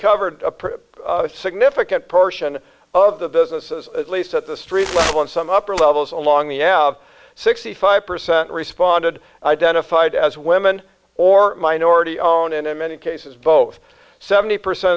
covered a pretty significant portion of the businesses at least at the street level and some upper levels along the elbe sixty five percent responded identified as women or minority owned and in many cases both seventy percent